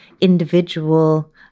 individual